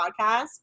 podcast